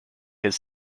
his